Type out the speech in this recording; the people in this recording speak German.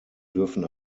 dürfen